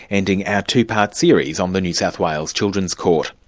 ending our two-part series on the new south wales children's court.